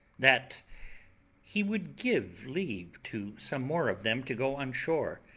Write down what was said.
that he would give leave to some more of them to go on shore,